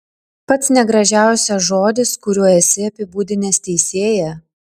pats negražiausias žodis kuriuo esi apibūdinęs teisėją